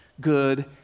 good